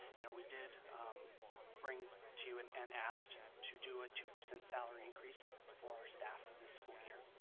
you know we did bring to you and and asked to do a two percent salary increase for staff this school year